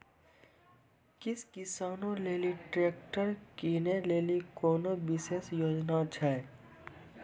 कि किसानो लेली ट्रैक्टर किनै लेली कोनो विशेष योजना छै?